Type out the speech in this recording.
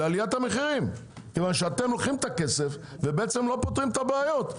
לעליית המחירים כי אתם לוקחים את הכסף ולא פותרים את הבעיות.